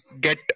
get